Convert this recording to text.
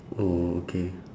oh okay